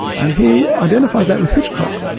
and he identifies that with hitchcock.